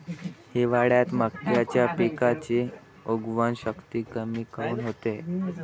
हिवाळ्यात मक्याच्या पिकाची उगवन शक्ती कमी काऊन होते?